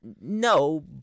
no